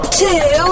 two